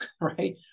right